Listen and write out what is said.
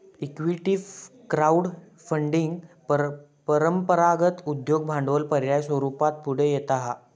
equity crowd funding परंपरागत उद्योग भांडवल पर्याय स्वरूपात पुढे येता हा